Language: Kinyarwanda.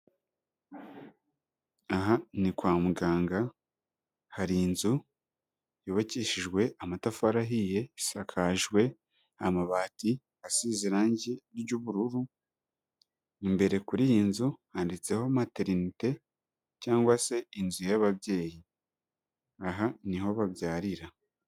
Aha ni kwa muganga hari inzu yubakishijwe amatafari ahiye isakajwe amabati asize irangi ry'ubururu, imbere kuri iyi nzu handitseho materinite cyangwa se inzu y'ababyeyi, aha niho babyarira.